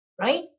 right